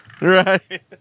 Right